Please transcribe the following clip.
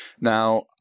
Now